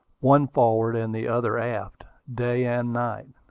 one forward and the other aft, day and night.